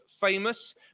famous